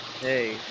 hey